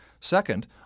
Second